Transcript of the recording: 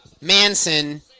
Manson